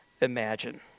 imagine